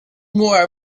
wore